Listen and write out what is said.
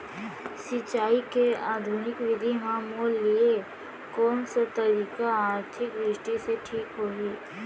सिंचाई के आधुनिक विधि म मोर लिए कोन स तकनीक आर्थिक दृष्टि से ठीक होही?